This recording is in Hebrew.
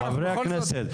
חברי הכנסת.